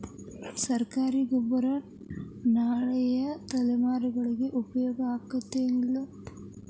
ಸರ್ಕಾರಿ ಗೊಬ್ಬರ ನಾಳಿನ ತಲೆಮಾರಿಗೆ ಉಪಯೋಗ ಆಗತೈತೋ, ಇಲ್ಲೋ?